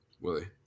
Willie